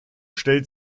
stellt